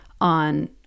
on